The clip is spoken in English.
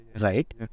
Right